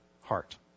heart